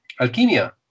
alquimia